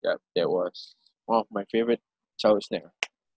yup that was one of my favourite childhood snack ah